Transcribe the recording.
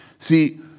See